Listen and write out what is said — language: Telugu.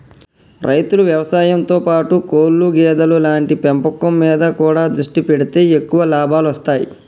రైతులు వ్యవసాయం తో పాటు కోళ్లు గేదెలు లాంటి పెంపకం మీద కూడా దృష్టి పెడితే ఎక్కువ లాభాలొస్తాయ్